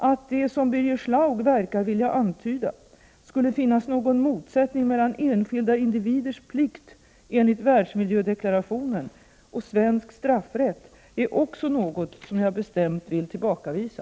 Att det — som Birger Schlaug verkar vilja antyda — skulle finnas någon motsättning mellan enskilda individers plikt enligt världsmiljödeklarationen och svensk straffrätt är också något som jag bestämt vill tillbakavisa.